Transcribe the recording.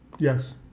Yes